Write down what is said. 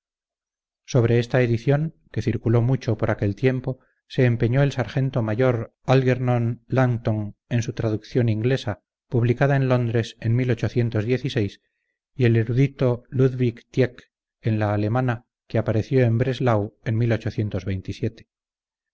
sobre esta edición que circuló mucho por aquel tiempo se empeñó el sargento mayor algernon langton en su traducción inglesa publicada en londres en y el erudito ludwig tieck en la alemana que apareció en breslau en